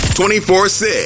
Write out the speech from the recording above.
24-6